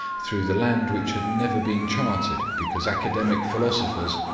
through the land which had never been charted because academic philosophers,